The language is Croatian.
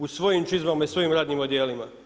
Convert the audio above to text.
U svojim čizmama i svojim radnim odijelima.